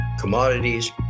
commodities